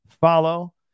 follow